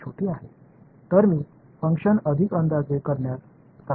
இதைத் தீர்க்க ஒரு நொடியின் ஒரு பகுதியை எடுத்துக்கொள்வோம்